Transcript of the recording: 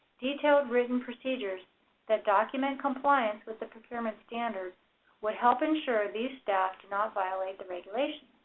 detailed written procedures that document compliance with the procurement standards would help ensure these staff do not violate the regulations.